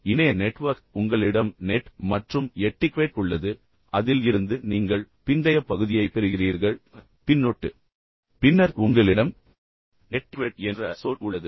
எனவே இணைய நெட்வொர்க் உங்களிடம் நெட் மற்றும் எட்டிக்வெட் உள்ளது அதில் இருந்து நீங்கள் பிந்தைய பகுதியை பெறுகிறீர்கள் பின்னொட்டு பின்னர் உங்களிடம் நெட்டிக்வெட் என்ற சொல் உள்ளது